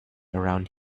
around